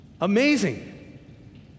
Amazing